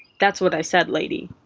that's what i said, lady.